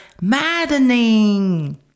maddening